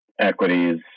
equities